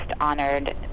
honored